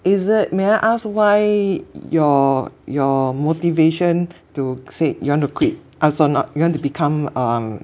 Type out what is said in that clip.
is it may I ask why your your motivation to say you want to quit ah so or not you want to become um